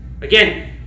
again